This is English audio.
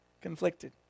conflicted